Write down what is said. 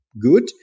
good